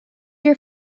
your